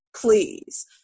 please